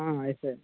ah yes sir